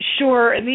Sure